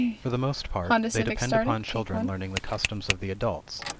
for the most part, they depend upon children learning the customs of the adults,